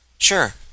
Sure